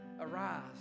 Arise